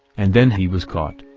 and then he was caught.